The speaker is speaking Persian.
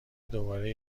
دوباره